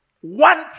one